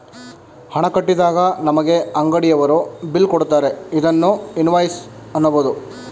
ಹಣ ಕಟ್ಟಿದಾಗ ನಮಗೆ ಅಂಗಡಿಯವರು ಬಿಲ್ ಕೊಡುತ್ತಾರೆ ಇದನ್ನು ಇನ್ವಾಯ್ಸ್ ಅನ್ನಬೋದು